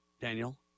Daniel